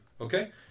Okay